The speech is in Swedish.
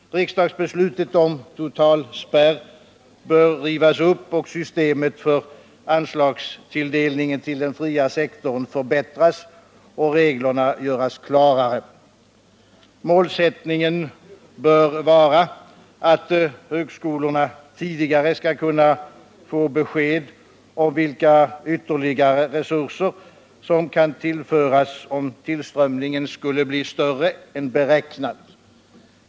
Riksdagsbeslutet om totalspärr bör rivas upp, systemet för anslagstilldelningen till den fria sektorn förbättras och reglerna göras klarare. Målsättningen bör vara att högskolorna tidigare skall kunna få besked om vilka ytterligare resurser som kan tillföras, om tillströmningen skulle bli större än beräknad.